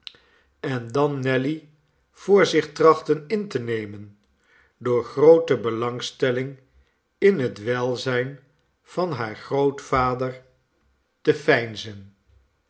en dan nelly voor zich trachten in te nemen door groote belangstelling in het welzijn van haar grootvader te